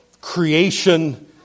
creation